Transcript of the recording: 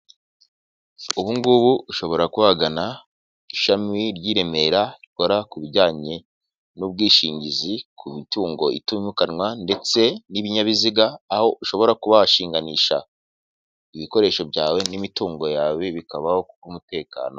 Ubungubu ushobora kwagana ishami ry'Iremera rikora ku bijyanye n'ubwishingizi ku mitungo itimukanwa ndetse n'ibinyabiziga, aho ushobora kuba washinganisha ibikoresho byawe n'imitungo yawe bikabaho ku bw'umutekano.